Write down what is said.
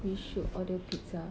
we should order pizza